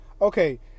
Okay